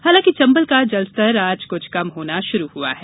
हालांकि चंबल का जलस्तर आज कुछ कम होना शुरू हुआ है